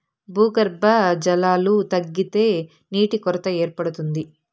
భూగర్భ జలాలు తగ్గితే నీటి కొరత ఏర్పడుతుంది